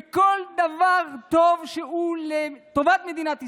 בכל דבר טוב שהוא לטובת מדינת ישראל,